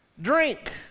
Drink